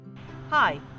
hi